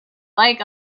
like